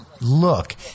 look